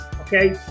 okay